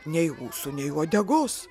ne ūsų nei uodegos